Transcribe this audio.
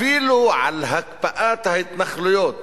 אפילו על הקפאת ההתנחלויות,